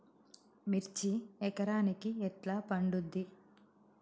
మిర్చి ఎకరానికి ఎట్లా పండుద్ధి?